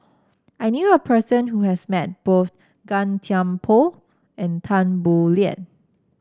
I knew a person who has met both Gan Thiam Poh and Tan Boo Liat